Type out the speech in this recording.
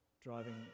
driving